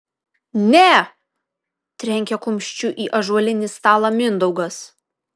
ne trenkė kumščiu į ąžuolinį stalą mindaugas